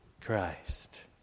Christ